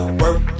work